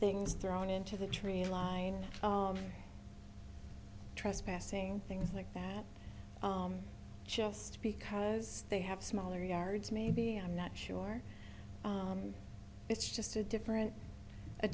things thrown into the treeline trespassing things like that just because they have smaller yards maybe i'm not sure it's just a different a